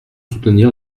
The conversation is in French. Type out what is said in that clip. soutenir